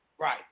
Right